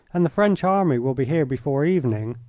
and the french army will be here before evening.